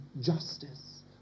justice